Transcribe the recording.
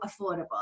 affordable